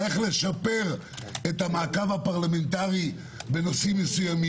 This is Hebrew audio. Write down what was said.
איך לשפר את המעקב הפרלמנטרי בנושאים מסוימים,